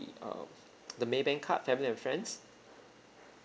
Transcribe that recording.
the um the maybank card family and friends